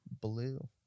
Blue